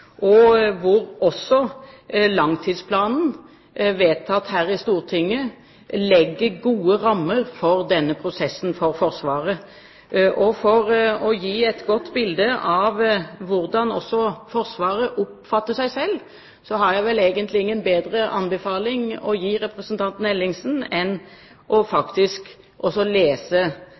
langtidsplanen, vedtatt her i Stortinget, legger gode rammer for denne prosessen for Forsvaret. For å gi et godt bilde av hvordan også Forsvaret oppfatter seg selv, har jeg egentlig ingen bedre anbefaling å gi representanten Ellingsen enn å